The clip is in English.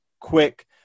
quick